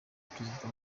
perezida